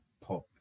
pop